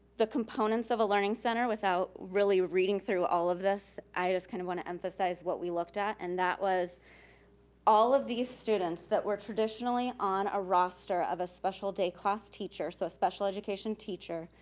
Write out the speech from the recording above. the components of a learning center without really reading through all of this, i just kind of want to emphasize what we looked at, and that was all of these students that were traditionally on a roster of a special day class teacher, so special education teacher,